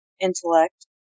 intellect